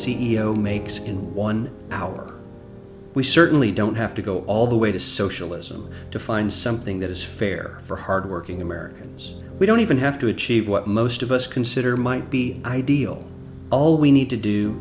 o makes in one hour we certainly don't have to go all the way to socialism to find something that is fair for hardworking americans we don't even have to achieve what most of us consider might be ideal all we need to do